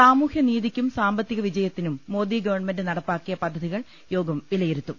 സാമൂഹ്യനീതിക്കും സാമ്പത്തിക വിജയത്തിനും മോദി ഗവൺമെന്റ് നടപ്പാക്കിയ പദ്ധതികൾ യോഗം വിലയിരുത്തും